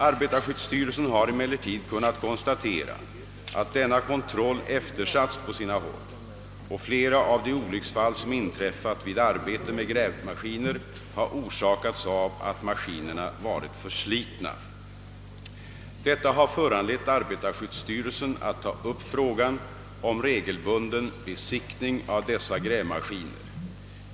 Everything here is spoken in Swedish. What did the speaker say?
Arbetarskyddsstyrelsen har emellertid kunnat konstatera, att denna kontroll eftersätts på många håll, och flera av de olycksfall som inträffat vid arbete med grävmaskiner har orsakats av att maskinerna varit förslitna. Detta har föranlett arbetarskyddsstyrelsen att ta upp frågan om regelbunden besiktning av dessa grävmaskiner.